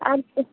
आऊ ते